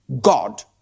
God